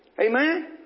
Amen